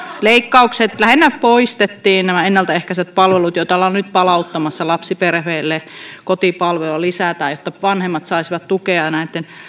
leikkaukset ja lähinnä poistettiin nämä ennalta ehkäisevät palvelut joita ollaan nyt palauttamassa lapsiperheille ja kotipalveluja lisätään jotta vanhemmat saisivat tukea näitten